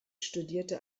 studierte